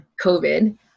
COVID